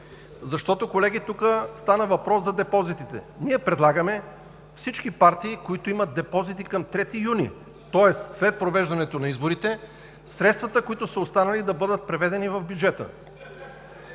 Колеги, тук стана въпрос за депозитите. Ние предлагаме всички партии, които имат депозити към 3 юни, тоест след провеждането на изборите – средствата, които са останали, да бъдат преведени в бюджета.